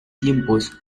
tiempos